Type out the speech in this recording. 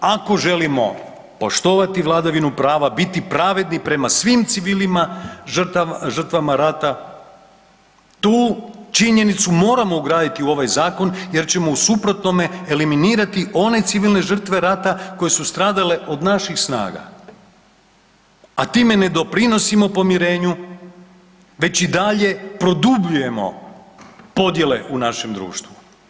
Ako želimo poštovati vladavinu prava, biti pravedni prema svim civilima, žrtvama rata, tu činjenicu moramo ugraditi u ovaj zakon jer ćemo u suprotnome eliminirate one civilne žrtve rata koje su stradale od naših snaga a time ne doprinosimo pomirenju već i dalje produbljujemo podjele u našem društvu.